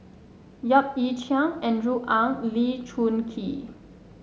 Yap Ee Chian Andrew Ang and Lee Choon Kee